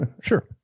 Sure